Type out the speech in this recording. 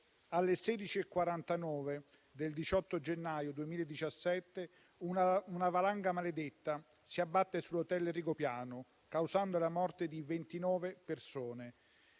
ore 16,49 del 18 gennaio 2017 una valanga maledetta si abbatte sull'*hotel* Rigopiano, causando la morte di ventinove